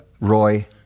Roy